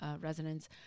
residents